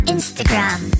Instagram